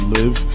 live